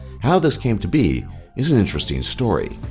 how this came to be is an interesting story.